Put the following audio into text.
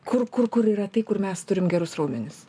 kur kur kur yra tai kur mes turim gerus raumenis